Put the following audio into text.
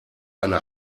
eine